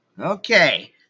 Okay